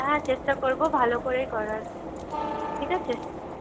হ্যাঁ চেষ্টা করব ভালো করেই করার ঠিক আছে